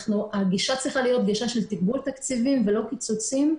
הגישה צריכה להיות גישה של תגבור תקציבים ולא קיצוצים.